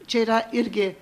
čia yra irgi